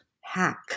hack